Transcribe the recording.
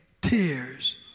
tears